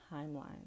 timeline